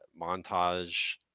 montage